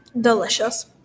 delicious